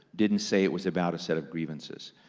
didn't say it was about a set of grievances,